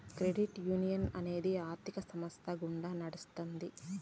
credit union అనేది ఆర్థిక సంస్థ గుండా నడుత్తాది